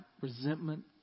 resentment